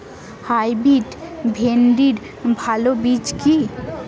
Hybrid ভিন্ডির ভালো বীজ কি?